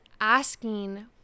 asking